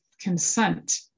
consent